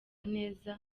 neza